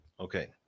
okay